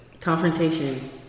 Confrontation